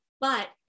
But-